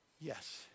Yes